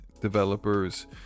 developers